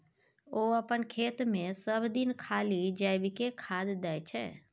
ओ अपन खेतमे सभदिन खाली जैविके खाद दै छै